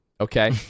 okay